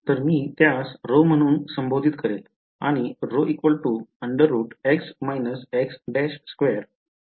तर मी त्यास ρम्हणून संबोधीत करेल आणि